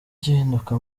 igihinduka